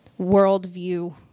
worldview